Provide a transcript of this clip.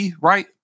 right